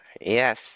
Yes